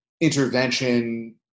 intervention